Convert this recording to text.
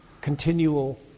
continual